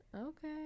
Okay